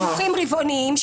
דיווחים רבעוניים.